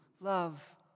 love